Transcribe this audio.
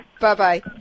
Bye-bye